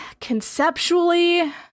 conceptually